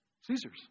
Caesar's